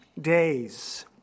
days